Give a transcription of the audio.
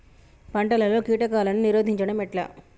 పంటలలో కీటకాలను నిరోధించడం ఎట్లా?